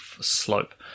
slope